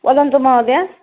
वदन्तु महोदय